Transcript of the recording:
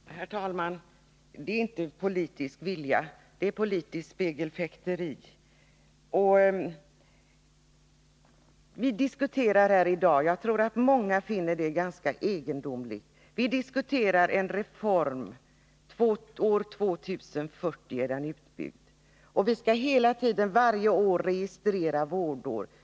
Herr talman! Detta är inte politisk vilja, det är politiskt spegelfäkteri. Jag tror att många finner det här ganska egendomligt. Vi diskuterar en reform som skall vara utbyggd år 2040. Varje år skall det registreras vårdår.